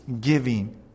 giving